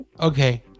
Okay